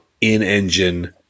in-engine